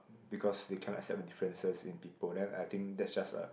because they cannot accept differences in people then I think that's just a